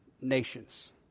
nations